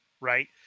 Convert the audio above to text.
right